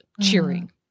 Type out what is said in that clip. cheering